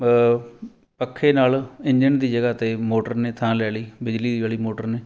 ਪੱਖੇ ਨਾਲ ਇੰਜਣ ਦੀ ਜਗ੍ਹਾ 'ਤੇ ਮੋਟਰ ਨੇ ਥਾਂ ਲੈ ਲਈ ਬਿਜਲੀ ਵਾਲੀ ਮੋਟਰ ਨੇ